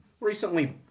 recently